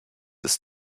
ist